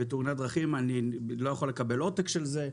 אני לא יכול לקבל עותק של זה.